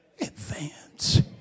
advance